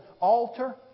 altar